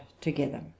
together